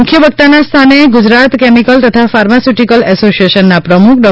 મુખ્ય વક્તાના સ્થાને ગુજરાત કેમિકલ તથા ફાર્માસ્યૂટીકલ એસોસિયેશનના પ્રમુખ ડો